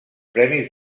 premis